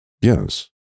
yes